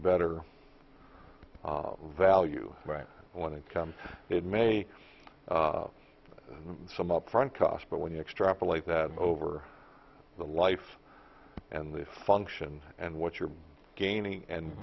better value when it comes it may be some upfront cost but when you extrapolate that over the life and the function and what you're gaining and